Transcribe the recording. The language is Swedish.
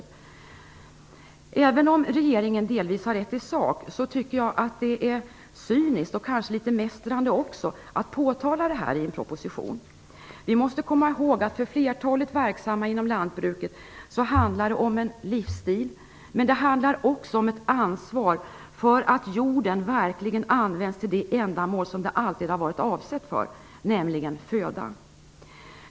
Även om regeringen delvis har rätt i sak tycker jag att det är cyniskt och kanske också litet mästrande att påtala detta i en proposition. Vi måste komma ihåg att för flertalet verksamma inom lantbruket handlar det om en livsstil, men det handlar också om ett ansvar för att jorden verkligen används för det ändamål som den alltid har varit avsedd för, nämligen att producera föda.